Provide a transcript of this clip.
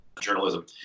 journalism